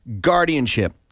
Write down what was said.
guardianship